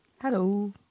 Hello